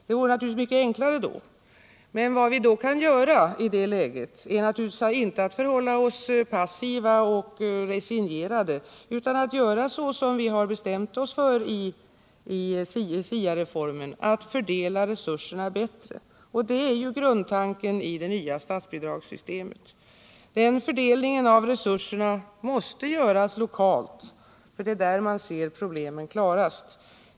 Det vore naturligtvis mycket enklare om vi kunde det, men vad vi kan göra i nuvarande läge är att inte förhålla oss passiva och resignerade utan fördela resurserna bättre såsom vi har bestämt oss för i SIA-reformen. Det är ju grundtanken i det nya statsbidragssystemet. Fördelningen av resurserna måste göras lokalt, för det är där man ser problemen klarast.